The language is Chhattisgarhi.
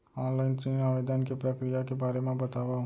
ऑनलाइन ऋण आवेदन के प्रक्रिया के बारे म बतावव?